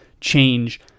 change